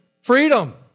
freedom